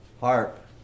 harp